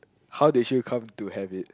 how did you come to have it